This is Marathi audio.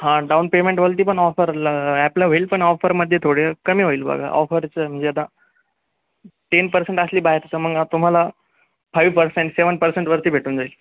हा डाऊन पेमेंटवरती पण ऑफरला ॲपला होईल पण ऑफरमध्ये थोडे कमी होईल बघा ऑफरचं म्हणजे आता टेन पर्सेंट असली बाहेर तर मग तुम्हाला फाईव पर्सेंट सेवन पर्सेंटवरती भेटून जाईल